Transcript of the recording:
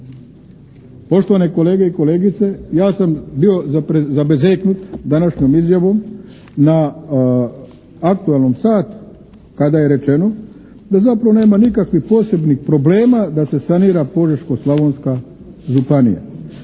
Poštovane kolege i kolegice, ja sam bio zabezeknut današnjom izjavom na aktualnom satu kada je rečeno da zapravo nema nikakvih posebnih problema da se sanira Požeško-slavonska županija.